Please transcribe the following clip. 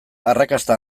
arrakasta